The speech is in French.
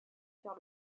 vers